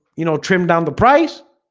you know trim down the price